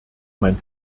mein